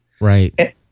Right